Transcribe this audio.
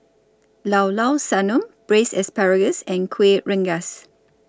Llao Llao Sanum Braised Asparagus and Kuih Rengas